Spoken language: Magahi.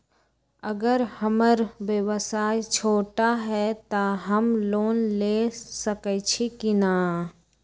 अगर हमर व्यवसाय छोटा है त हम लोन ले सकईछी की न?